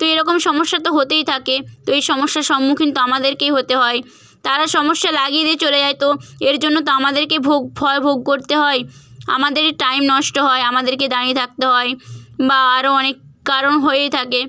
তো এরকম সমস্যা তো হতেই থাকে তো এই সমস্যার সম্মুখীন তো আমাদেরকেই হতে হয় তারা সমস্যা লাগিয়ে দিয়ে চলে যায় তো এর জন্য তো আমাদেরকেই ভোগ ফল ভোগ করতে হয় আমাদেরই টাইম নষ্ট হয় আমাদেরকে দাঁড়িয়ে থাকতে হয় বা আরও অনেক কারণ হয়েই থাকে